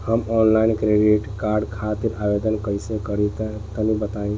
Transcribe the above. हम online credit card खातिर आवेदन कइसे करि तनि बताई?